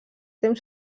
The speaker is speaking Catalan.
temps